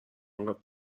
انقدر